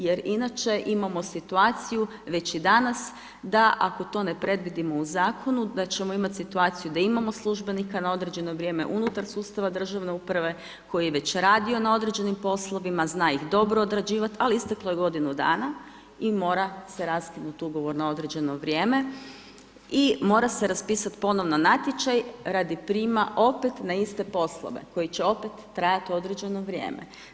Jer inače imamo situaciju već i danas da ako to ne predvidimo u zakonu da ćemo imati situaciju da imamo službenika na određeno vrijeme unutar sustav državne uprave koji je već radi o na određenim poslova, zna ih dobro odrađivati ali isteklo je godinu dana i mora se raskinuti ugovor na određeno vrijeme i mora se raspisati ponovno natječaj radi prijema opet na iste poslove koji će opet trajati određeno vrijeme.